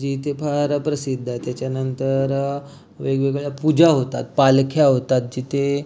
जी इथे फार प्रसिद्ध आहे त्याच्यानंतर वेगवेगळ्या पूजा होतात पालख्या होतात जिथे